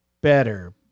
better